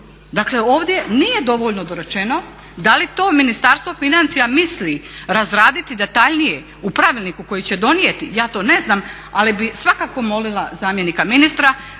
Dakle, ovdje nije dovoljno dorečeno da li to Ministarstvo financija misli razraditi detaljnije u Pravilniku koji će donijeti ja to ne znam, ali bih svakako molila zamjenika ministra